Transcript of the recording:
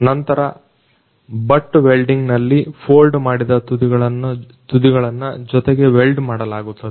ನಂತರ butt welding ನಲ್ಲಿ fold ಮಾಡಿದ ತುದಿಗಳನ್ನ ಜೊತೆಗೆ ವೆಲ್ಡ್ ಮಾಡಲಾಗುತ್ತದೆ